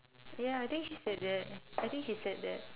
ya I think he said that I think he said that